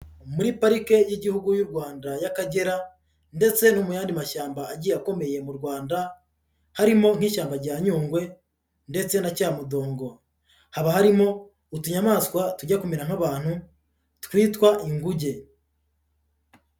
Muri Pariki y'Igihugu y'u Rwanda y'Akagera ndetse no mu yandi mashyamba agiye akomeye mu Rwanda harimo nk'ishyamba rya Nyungwe ndetse na Cyamudongo, haba harimo utunyamaswa tujya kumera nk'abantu twitwa inguge.